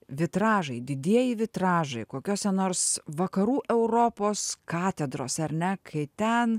vitražai didieji vitražai kokiose nors vakarų europos katedrose ar ne kai ten